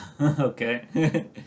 Okay